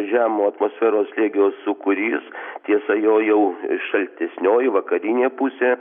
žemo atmosferos slėgio sūkurys tiesa jo jau šaltesnioji vakarinė pusė